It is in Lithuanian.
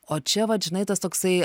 o čia vat žinai tas toksai